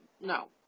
No